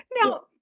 now